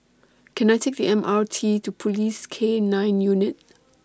Can I Take The M R T to Police K nine Unit